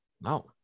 No